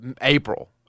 April